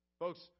Folks